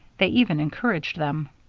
they even encouraged them.